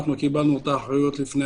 אנחנו קיבלנו את האחריות לפני